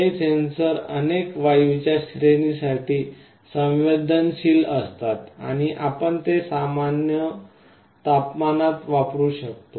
हे सेन्सर अनेक वायूंच्या श्रेणी साठी संवेदनशील असतात आणि आपण ते सामान्य तपमानात वापरू शकतो